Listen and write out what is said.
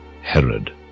Herod